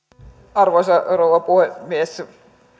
arvoisa rouva puhemies